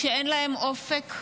כשאין להם אופק,